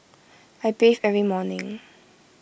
I bathe every morning